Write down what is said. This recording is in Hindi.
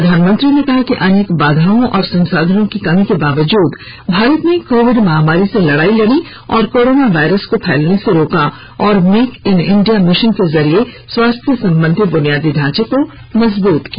प्रधानमंत्री ने कहा कि अनेक बाधाओं और संसाधनों की कमी के बावजूद भारत ने कोविड महामारी से लड़ाई लड़ी और कोरोना वायरस को फैलने से रोका और मेक इन इंडिया मिशन के जरिये स्वास्थ्य संबंधी बुनियादी ढांचे को मजबूत किया